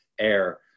air